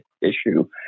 issue